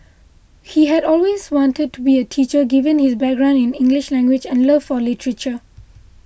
he had always wanted to be a teacher given his background in English language and love for literature